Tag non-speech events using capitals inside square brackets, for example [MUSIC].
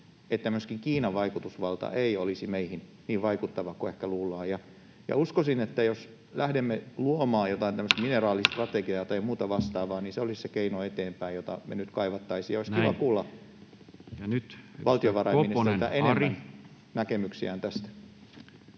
että myöskin Kiinan vaikutusvalta ei olisi meihin niin vaikuttava kuin ehkä luullaan. Ja uskoisin, että jos lähdemme luomaan jotain tämmöistä mineraalistrategiaa [NOISE] tai muuta vastaavaa, niin se olisi se keino eteenpäin, jota me nyt kaivattaisiin. [Puhemies: Näin!] Olisi kiva kuulla valtiovarainministeriltä enemmän näkemyksiä tästä.